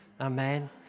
Amen